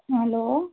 hello